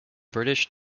british